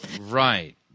Right